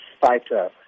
fighter